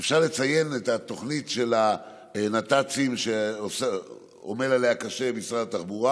אפשר לציין את תוכנית הנת"צים, שמשרד התחבורה